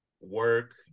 Work